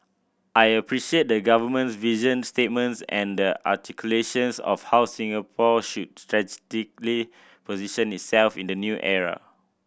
I appreciate the Government's vision statements and the articulations of how Singapore should strategically position itself in the new era